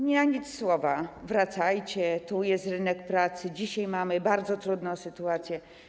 Na nic słowa: wracajcie, tu jest rynek pracy, dzisiaj mamy bardzo trudną sytuację.